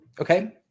Okay